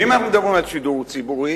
ואם אנחנו מדברים על שידור ציבורי,